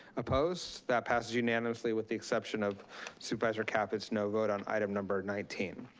opposed, that passes unanimously, with the exception of supervisor caput's no vote on item number nineteen.